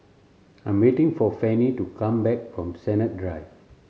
I'm waiting for Fanny to come back from Sennett Drive